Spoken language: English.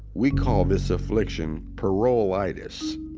we call this affliction parolitis,